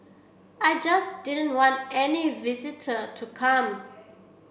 I just didn't want any visitor to come